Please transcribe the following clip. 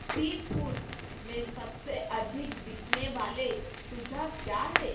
सी foods में सबसे अधिक बिकने वाले सुझाव क्या हैं